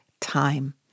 time